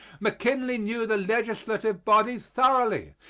mckinley knew the legislative body thoroughly,